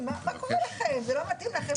אבל אחרי ששוחחתי ארוכות עם הנציבה מסתבר שזה לא אפשרי.